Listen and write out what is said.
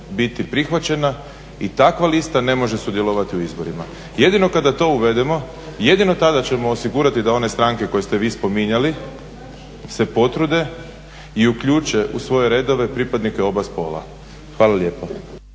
biti prihvaćena i takva lista ne može sudjelovati u izborima. Jedino kada to uvedemo jedino tada ćemo osigurati da one stranke koje ste vi spominjali se potrude i uključe u svoje redove pripadnike oba spola. Hvala lijepa.